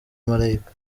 malayika